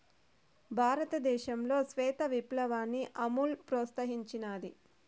భారతదేశంలో శ్వేత విప్లవాన్ని అమూల్ ప్రోత్సహించినాది